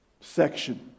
section